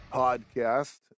podcast